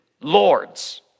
lords